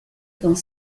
dans